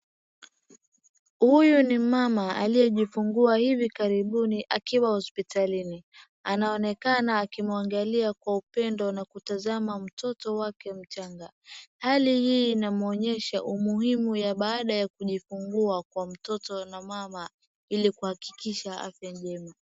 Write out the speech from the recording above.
Huyu ni mama aliyejifungua hivi karibuni akiwa hospitalini. Anaonekana akimwangalia kwa upendo na kutazama mtoto wake mchanga. Hali hii inamwonyesha umuhimu wa baada ya kujifungua kwa mtoto na mama ili kuhakikisha afya njema.